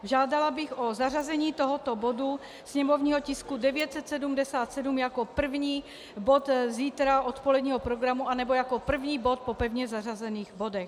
Žádala bych o zařazení tohoto bodu, sněmovního tisku 977, jako první bod zítra odpoledního programu anebo jako první bod po pevně zařazených bodech.